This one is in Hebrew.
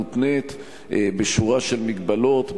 מותנית בשורה של מגבלות,